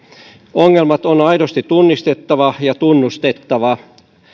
ongelmat on aidosti tunnistettava ja tunnustettava